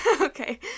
Okay